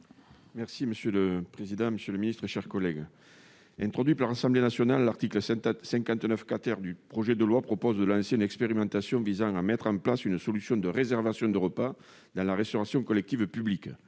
est ainsi libellé : La parole est à M. Henri Cabanel. Introduit par l'Assemblée nationale, l'article 59 du projet de loi propose de lancer une expérimentation visant à mettre en place une solution de réservation de repas dans la restauration collective publique.